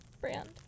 brand